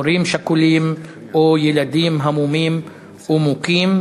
הורים שכולים או ילדים המומים ומוכים,